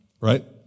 right